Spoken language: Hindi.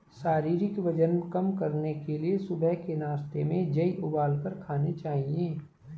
शारीरिक वजन कम करने के लिए सुबह के नाश्ते में जेई उबालकर खाने चाहिए